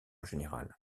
général